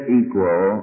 equal